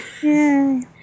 Yay